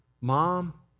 mom